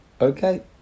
Okay